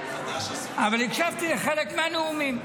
אבל הקשבתי לחלק מהנאומים.